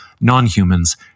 non-humans